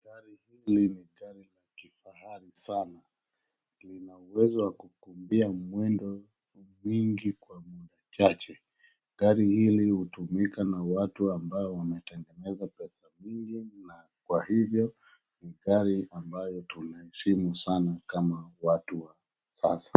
Gari hili ni gari ya kifahiri sana. Linauwezo wa kukiimbia mwendo mwingi kwa muda chache. Gari hili hutumika na watu ambao wametengeza pesa mingi na kwa hivyo ni gari ambalo tunaheshimu sana kama watu wa sasa.